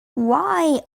why